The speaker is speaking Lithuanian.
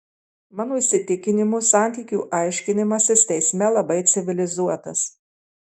mano įsitikinimu santykių aiškinimasis teisme labai civilizuotas